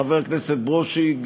חבר הכנסת ברושי,